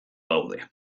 daude